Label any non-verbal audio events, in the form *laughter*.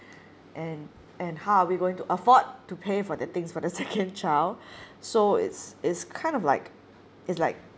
and and how are we going to afford to pay for the things for the second *laughs* child so it's it's kind of like it's like